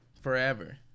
forever